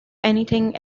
anything